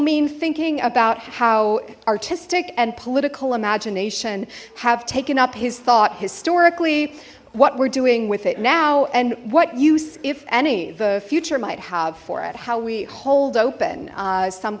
mean thinking about how artistic and political imagination have taken up his thought historically what we're doing with it now and what use if any the future might have for it how we hold open some